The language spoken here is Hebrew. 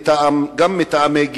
גם מטעמי גיל.